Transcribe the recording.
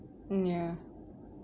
mm ya